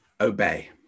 obey